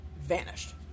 vanished